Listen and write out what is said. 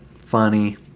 funny